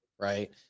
Right